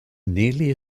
nearly